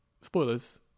Spoilers